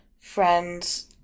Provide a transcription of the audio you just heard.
friends